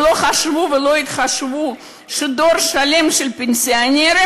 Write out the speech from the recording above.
ולא חשבו ולא התחשבו בכך שדור שלם של פנסיונרים